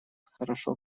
хорошо